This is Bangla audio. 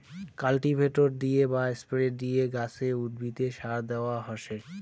কাল্টিভেটর দিয়ে বা স্প্রে দিয়ে গাছে, উদ্ভিদে সার দেয়া হসে